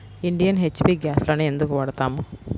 Indian, HP గ్యాస్లనే ఎందుకు వాడతాము?